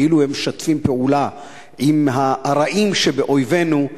כאילו הם משתפים פעולה עם הרעים שבאויבינו,